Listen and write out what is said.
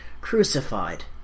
crucified